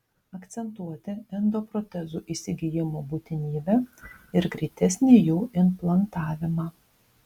akcentuoti endoprotezų įsigijimo būtinybę ir greitesnį jų implantavimą